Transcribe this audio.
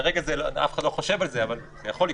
כרגע אף אחד לא חושב על זה אבל זה יכול לקרות.